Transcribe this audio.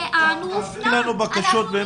תעבירי לנו בקשות,